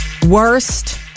worst